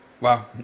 Wow